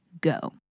go